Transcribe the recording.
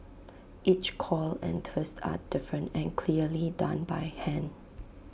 each coil and twist are different and clearly done by hand